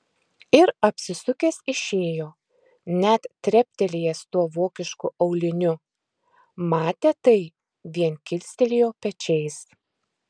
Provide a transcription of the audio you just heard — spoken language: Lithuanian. ir apsisukęs išėjo net treptelėjęs tuo vokišku auliniu matę tai vien kilstelėjo pečiais